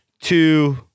two